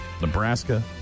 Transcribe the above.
Nebraska